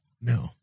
No